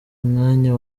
umwanya